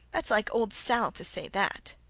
that's like old sal to say that.